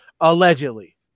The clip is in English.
Allegedly